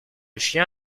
chien